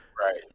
Right